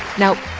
now,